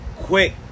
Quick